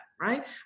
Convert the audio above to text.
right